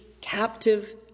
captive